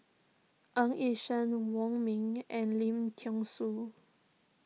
Ng Yi Sheng Wong Ming and Lim thean Soo